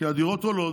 כי הדירות עולות,